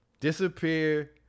Disappear